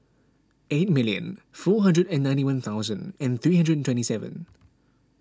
eight million four hundred and ninety one thousand and three hundred twenty seven